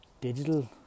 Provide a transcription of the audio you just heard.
digital